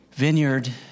Vineyard